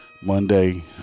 Monday